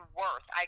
worth